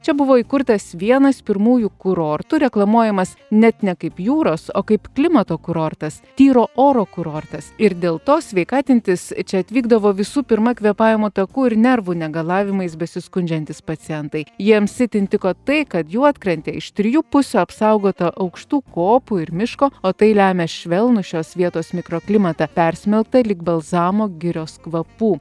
čia buvo įkurtas vienas pirmųjų kurortų reklamuojamas net ne kaip jūros o kaip klimato kurortas tyro oro kurortas ir dėl to sveikatintis čia atvykdavo visų pirma kvėpavimo takų ir nervų negalavimais besiskundžiantys pacientai jiems itin tiko tai kad juodkrantė iš trijų pusių apsaugota aukštų kopų ir miško o tai lemia švelnų šios vietos mikroklimatą persmelktą lyg balzamo girios kvapų